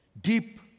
deep